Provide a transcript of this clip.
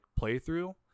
playthrough